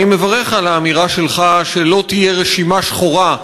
אני מברך על האמירה שלך שלא תהיה רשימה שחורה,